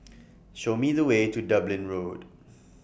Show Me The Way to Dublin Road